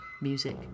music